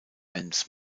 bands